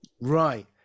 Right